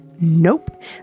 Nope